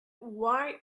why